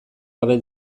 gabe